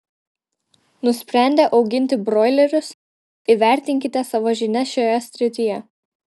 nusprendę auginti broilerius įvertinkite savo žinias šioje srityje